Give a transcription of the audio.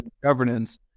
governance